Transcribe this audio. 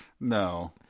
no